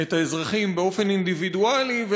את האזרחים באופן אינדיבידואלי,